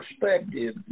perspective